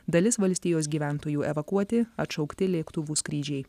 dalis valstijos gyventojų evakuoti atšaukti lėktuvų skrydžiai